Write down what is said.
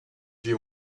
you